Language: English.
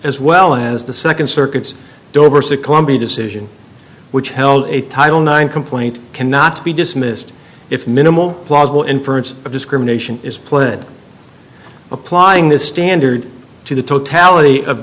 as well as the second circuit's decision which held a title nine complaint cannot be dismissed if minimal plausible inference of discrimination is pled applying this standard to the